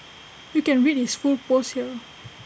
you can read his full post here